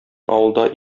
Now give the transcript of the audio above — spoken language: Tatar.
авылда